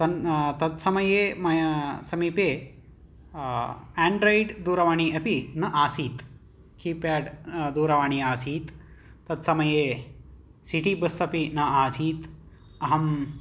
तन् तत्समये मया समीपे आन्ड्रैड् दूरवाणी अपि न आसीत् की प्याड् दूरवाणि आसीत् तत्समये सिटि बस् अपि न आसीत् अहम्